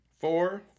four